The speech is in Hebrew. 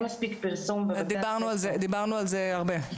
אין מספיק פרסום --- דיברנו על זה הרבה,